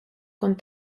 con